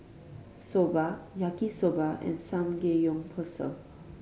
Soba Yaki Soba and Samgeyopsal